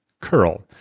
CURL